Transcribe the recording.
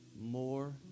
more